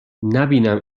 نبینم